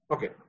Okay